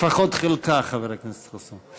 גם האופוזיציה נגד, לפחות חלקה, חבר הכנסת חסון.